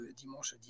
dimanche